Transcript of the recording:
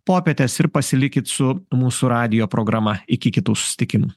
popietės ir pasilikit su mūsų radijo programa iki kitų susitikimų